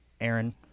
Aaron